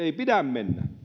ei pidä mennä